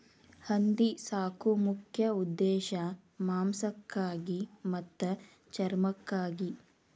ಹಂದಿ ಸಾಕು ಮುಖ್ಯ ಉದ್ದೇಶಾ ಮಾಂಸಕ್ಕಾಗಿ ಮತ್ತ ಚರ್ಮಕ್ಕಾಗಿ